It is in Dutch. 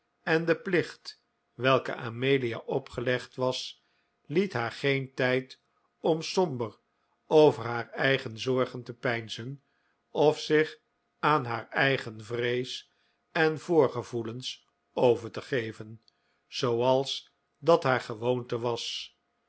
en de plicht welke amelia opgelegd was liet haar geen tijd om somber over haar eigen zorgen te peinzen of zich aan haar eigen vrees en voorgevoelens over te geven zooals dat haar gewoonte was